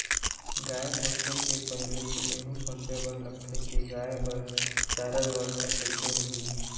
गाय पोसे के पहिली एहू सोचे बर लगथे कि गाय बर चारा बेवस्था कइसे होही